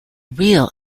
real